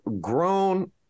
grown